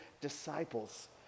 disciples